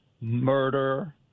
murder